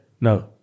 No